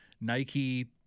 Nike